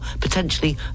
potentially